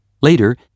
Later